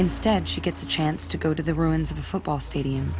instead she gets a chance to go to the ruins of a football stadium